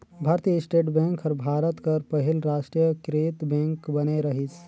भारतीय state bank हर भारत कर पहिल रास्टीयकृत बेंक बने रहिस